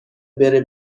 بره